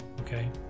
okay